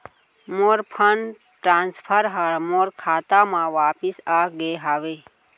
मोर fund transfer हा मोर खाता मा वापिस आ गे हवे